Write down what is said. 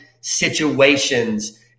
situations